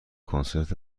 کنسرت